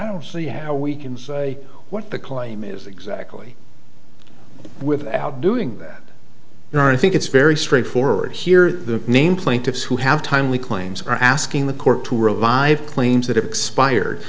i don't see how we can say what the claim is exactly without doing that no i think it's very straightforward here the name plaintiffs who have timely claims are asking the court to revive claims that have expired